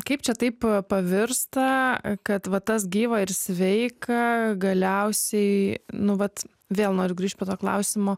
kaip čia taip pavirsta kad va tas gyva ir sveika galiausiai nu vat vėl noriu grįšt prie to klausimo